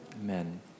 Amen